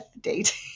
date